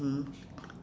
mm